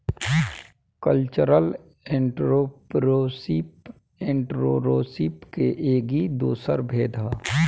cultural entrepreneurship entrepreneurship के एगो दोसर भेद ह